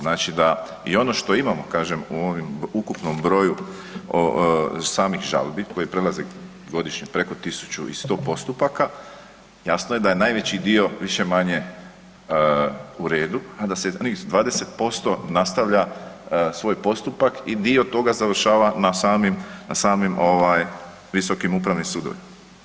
Znači da i ono što imamo, kažem, u ovim ukupnom broju samih žalbi koje prelaze godišnje preko 1100 postupaka, jasno je da je najveći dio više-manje u redu, a da se onih 20% nastavlja svoj postupak i dio toga završava na samim visokim upravnim sudovima.